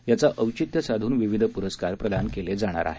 याचं औचित्य साधून विविध पुरस्कार प्रदान केले जाणार आहेत